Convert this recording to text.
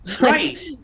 Right